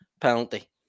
penalty